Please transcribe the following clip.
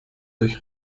durch